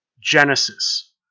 Genesis